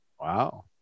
Wow